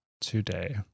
today